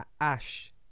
ash